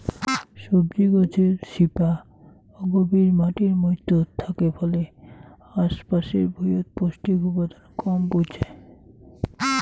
সবজি গছের শিপা অগভীর মাটির মইধ্যত থাকে ফলে আশ পাশের ভুঁইয়ত পৌষ্টিক উপাদান কম পৌঁছায়